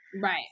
Right